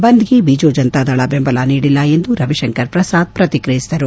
ಬಂದ್ಗೆ ಬಿಜೂ ಜನತಾದಳ ಬೆಂಬಲ ನೀಡಿಲ್ಲ ಎಂದು ರವಿಶಂಕರ್ ಪ್ರಸಾದ್ ಪ್ರತಿಕ್ರಿಯಿಸಿದರು